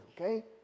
okay